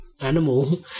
animal